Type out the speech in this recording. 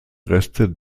reste